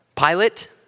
Pilate